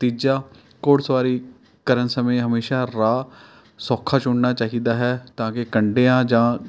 ਤੀਜਾ ਘੋੜ ਸਵਾਰੀ ਕਰਨ ਸਮੇਂ ਹਮੇਸ਼ਾ ਰਾਹ ਸੌਖਾ ਚੁਣਨਾ ਚਾਹੀਦਾ ਹੈ ਤਾਂ ਕਿ ਕੰਡਿਆਂ ਜਾਂ